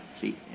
See